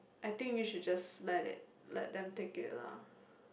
I think we should just let it let them take it lah